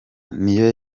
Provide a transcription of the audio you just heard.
niyo